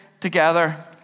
together